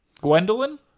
Gwendolyn